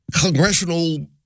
congressional